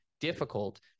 difficult